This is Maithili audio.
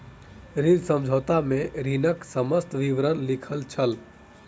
ऋण समझौता में ऋणक समस्त विवरण लिखल छल